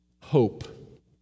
Hope